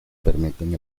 permiten